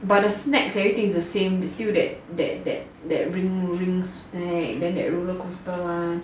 but the snacks everything's the same still that that that that ring ring snack that roller coaster one